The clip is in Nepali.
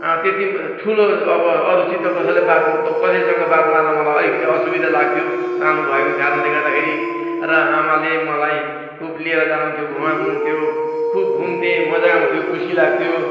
त्यत्ति ठुलो अब अरूसित कसैलाई बात त कसैसँग बात मार्न मलाई अलिकति असुविधा लाग्थ्यो सानो भएको कारणले गर्दाखेरि र आमाले मलाई खुब लिएर जानुहुन्थ्यो घुमाउनुहुन्थ्यो खुब घुम्थेँ मज्जा आउँथ्यो खुसी लाग्थ्यो